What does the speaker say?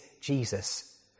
Jesus